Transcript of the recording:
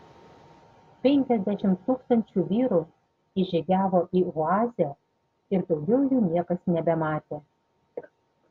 penkiasdešimt tūkstančių vyrų įžygiavo į oazę ir daugiau jų niekas nebematė